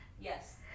Yes